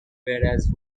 whereas